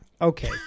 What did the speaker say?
Okay